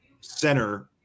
center